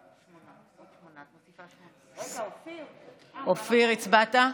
אופיר, הצבעת?